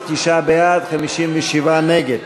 59 בעד, 57 נגד.